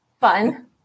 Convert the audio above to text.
fun